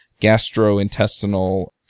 gastrointestinal